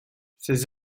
ces